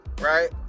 right